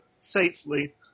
safely